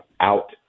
out